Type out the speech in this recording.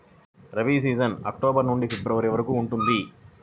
rabi season October నుండి February వరకు ఉంటుంది